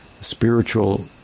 spiritual